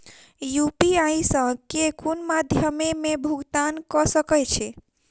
UPI सऽ केँ कुन मध्यमे मे भुगतान कऽ सकय छी?